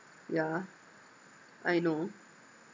yeah I know